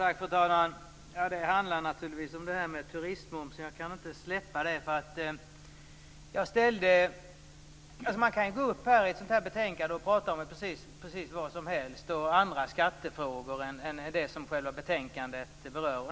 Fru talman! Det här handlar naturligtvis om turistmomsen. Jag kan inte släppa det. Man kan ju delta i debatten kring ett sådant här betänkande och prata om precis vad som helst. Man kan tala om andra skattefrågor än dem som själva betänkandet berör.